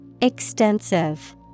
Extensive